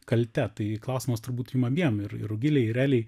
kalte tai klausimas turbūt jum abiem ir ir rugilei ir elei